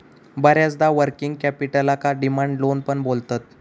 बऱ्याचदा वर्किंग कॅपिटलका demand loan पण बोलतत